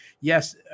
yes